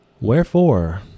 Wherefore